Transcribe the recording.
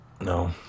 No